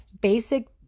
basic